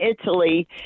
Italy